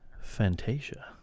Fantasia